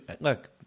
Look